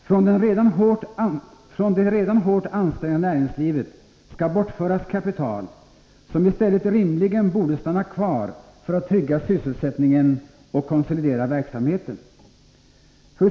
Från det redan hårt ansträngda näringslivet skall bortföras kapital, som i stället rimligen borde stanna kvar för att trygga sysselsättningen och konsolidera verksamheten.